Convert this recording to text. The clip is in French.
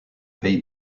pays